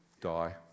Die